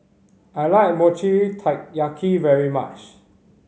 I like Mochi Taiyaki very much